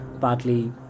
partly